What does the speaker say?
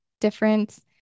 difference